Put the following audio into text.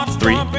three